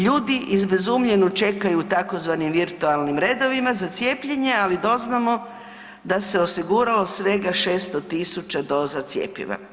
Ljudi izbezumljeno čekaju u tzv. virtualnim redovima za cijepljenje, ali doznamo da se osiguralo svega 600.000 doza cjepiva.